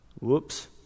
Whoops